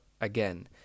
again